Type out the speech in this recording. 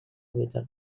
without